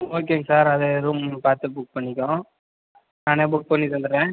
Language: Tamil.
ஓகேங்க சார் அது எதுவும் பார்த்து புக் பண்ணிக்கும் நானே புக் பண்ணி தந்துவிடுற